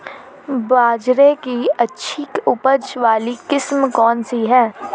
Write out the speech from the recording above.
बाजरे की अच्छी उपज वाली किस्म कौनसी है?